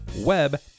web